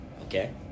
Okay